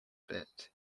bit